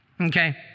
Okay